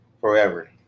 forever